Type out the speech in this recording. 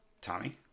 Tommy